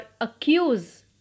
accuse